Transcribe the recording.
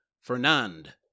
Fernand